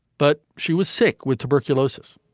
but she was sick with tuberculosis.